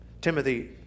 Timothy